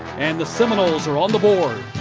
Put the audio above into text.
and the seminoles are on the board.